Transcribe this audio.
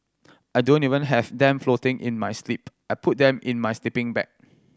I don't even have them floating in my sleep I put them in my sleeping bag